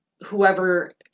whoever